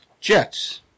Jets